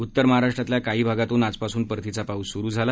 उत्तर महाराष्ट्रातल्या काही भागातून आजपासून परतीचा पाऊस सूरु झाला